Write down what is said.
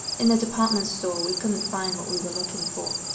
in the department store, we didn't find what we were looking for.